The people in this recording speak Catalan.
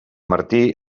martí